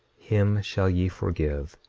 him shall ye forgive,